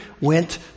went